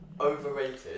Overrated